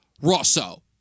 Rosso